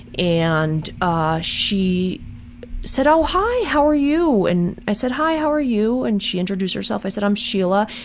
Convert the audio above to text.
and ah she said, oh hi! how are you? and i said, hi, how are you? and she introduced herself, i said, hi, i'm sheila.